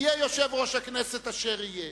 יהיה יושב-ראש הכנסת אשר יהיה,